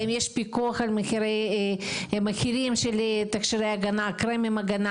האם יש פיקוח על תכשירי הגנה וקרמי הגנה?